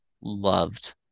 loved